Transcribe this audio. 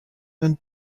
and